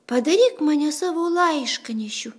padaryk mane savo laiškanešiu